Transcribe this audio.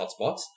hotspots